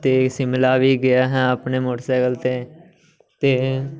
ਅਤੇ ਸ਼ਿਮਲਾ ਵੀ ਗਿਆ ਹਾਂ ਆਪਣੇ ਮੋਟਰਸਾਈਕਲ 'ਤੇ ਅਤੇ